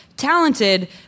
Talented